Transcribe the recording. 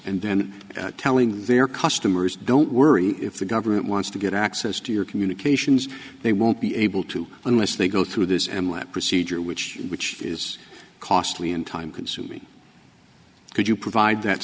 and then telling their customers don't worry if the government wants to get access to your communications they won't be able to unless they go through this and that procedure which which is costly and time consuming could you provide that